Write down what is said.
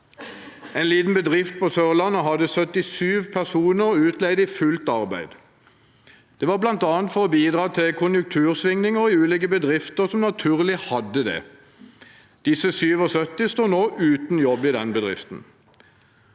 En liten bedrift på Sørlandet hadde 77 personer utleid i fullt arbeid. Det var bl.a. for å bidra ved konjunktursvingninger i ulike bedrifter som naturlig hadde det. Disse 77 står nå uten jobb i bedriften.